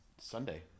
Sunday